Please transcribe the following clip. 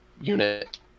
unit